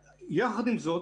ויחד עם זאת,